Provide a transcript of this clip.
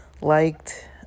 liked